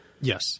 Yes